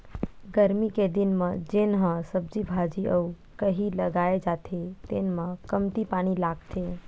गरमी के दिन म जेन ह सब्जी भाजी अउ कहि लगाए जाथे तेन म कमती पानी लागथे